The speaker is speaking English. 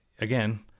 again